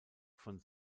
von